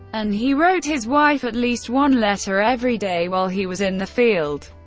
and he wrote his wife at least one letter every day while he was in the field.